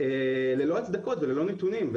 ללא הצדקות וללא נתונים.